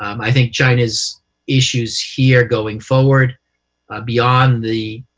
um i think china's issues here going forward beyond the